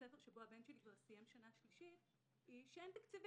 הספר שבו הבן שלי סיים כבר שנה שלישית הם שאין תקציבים: